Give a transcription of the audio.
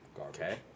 okay